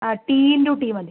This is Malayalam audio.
ആ ടി ഇൻടു ടി മതി